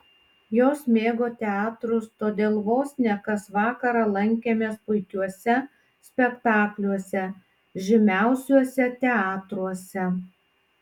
jos mėgo teatrus todėl vos ne kas vakarą lankėmės puikiuose spektakliuose žymiausiuose teatruose